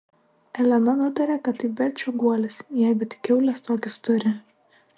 elena nutarė kad tai berčio guolis jeigu tik kiaulės tokius turi